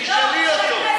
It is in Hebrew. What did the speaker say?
תשאלי אותו.